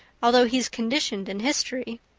although he's conditioned in history.